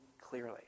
clearly